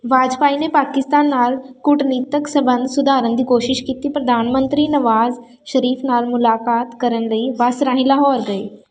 ਵਾਜਪਾਈ ਨੇ ਪਾਕਿਸਤਾਨ ਨਾਲ ਕੂਟਨੀਤਕ ਸੰਬੰਧ ਸੁਧਾਰਨ ਦੀ ਕੋਸ਼ਿਸ਼ ਕੀਤੀ ਪ੍ਰਧਾਨ ਮੰਤਰੀ ਨਵਾਜ਼ ਸ਼ਰੀਫ ਨਾਲ ਮੁਲਾਕਾਤ ਕਰਨ ਲਈ ਬੱਸ ਰਾਹੀਂ ਲਾਹੌਰ ਗਏ